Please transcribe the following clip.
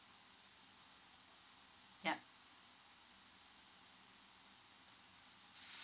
yup